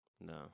No